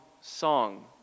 song